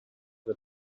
the